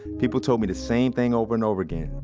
people told me the same thing over and over again.